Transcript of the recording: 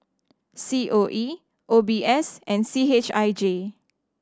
C O E O B S and C H I J